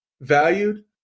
valued